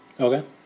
Okay